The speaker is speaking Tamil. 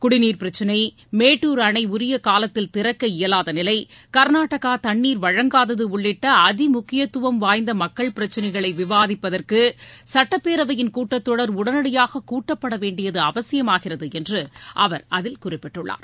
குடிநீர் பிரச்சினை மேட்டுர் அணை உரிய காலத்தில் திறக்க இயலாத நிலை கர்நாடகா தண்ணீர் வழங்காதது உள்ளிட்ட அதி முக்கியத்துவம் வாய்ந்த மக்கள் பிரச்சிளைகளை விவாதிப்பதற்கு சட்டப்பேரவையின் கூட்டத்தொடர் உடனடியாக கூட்டப்பட வேண்டியது அவசியமாகிறது என்று அவர் அதில் குறிப்பிட்டுள்ளார்